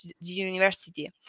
university